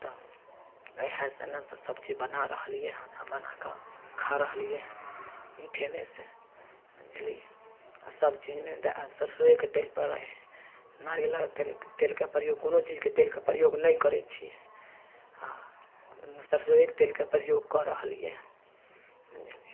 तऽ वएह सनेसँ सबचीज बना रहलिए हँ आओर बनाकऽ खा रहलिए हँ मीठेमेसँ बुझलिए आओर सबचीजमे सरिसोएके तेल पड़ै हइ नारियलके तेलके प्रयोग कोनो चीजके तेलके प्रयोग नहि करै छिए आओर सरिसोएके तेलके प्रयोग कऽ रहलिए हँ बुझलिए